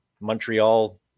Montreal